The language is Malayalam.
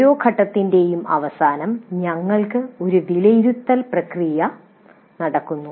ഓരോ ഘട്ടത്തിൻറെയും അവസാനം ഞങ്ങൾക്ക് ഒരു വിലയിരുത്തൽ പ്രക്രിയ നടക്കുന്നു